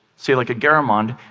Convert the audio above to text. say like a garamond,